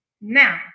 Now